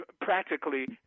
practically